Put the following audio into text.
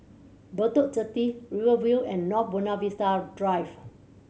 Bedok Jetty Rivervale and North Buona Vista Drive